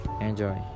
enjoy